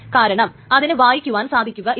കാരണം അതിന് വായിക്കുവാൻ സാധിക്കുകയില്ല